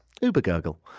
Uber-gurgle